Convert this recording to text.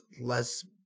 less